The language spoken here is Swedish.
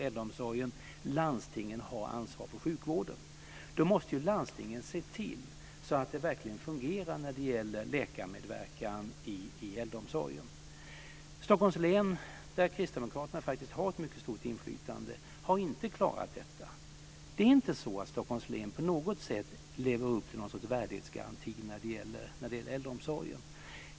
landstingen har ansvar för sjukvården. Då måste ju landstingen se till att det verkligen fungerar när det gäller läkarmedverkan i äldreomsorgen. Stockholms län, där Kristdemokraterna faktiskt har ett mycket stort inflytande, har inte klarat detta. Det är inte så att Stockholms län på något sätt lever upp till någon sorts värdighetsgaranti när det gäller äldreomsorgen.